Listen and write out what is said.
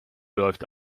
läuft